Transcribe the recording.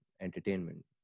entertainment